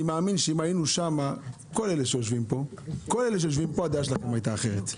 אני מאמין שאם היינו שם כל היושבים כאן הדעה שלהם הייתה אחרת,